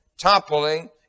toppling